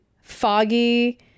foggy